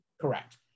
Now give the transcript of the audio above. Correct